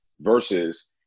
versus